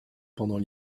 pendant